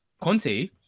Conte